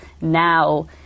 now